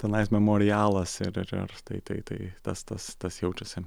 tenais memorialas ir ir ir tai tai tai tas tas tas jaučiasi